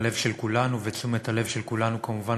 הלב של כולנו ותשומת הלב של כולנו כמובן